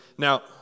Now